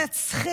אנחנו מנצחים,